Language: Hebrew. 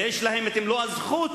ויש להם מלוא הזכות